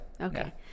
okay